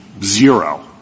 zero